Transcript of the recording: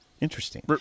Interesting